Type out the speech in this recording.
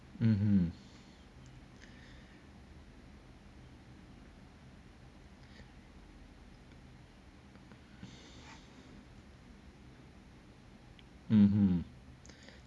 mmhmm